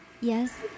Yes